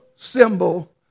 symbol